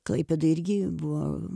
klaipėdoj irgi buvo